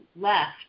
left